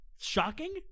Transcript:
shocking